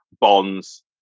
bonds